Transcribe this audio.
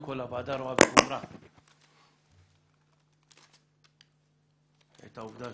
כל הוועדה רואה בחומרה את העובדה